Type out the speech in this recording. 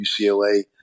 UCLA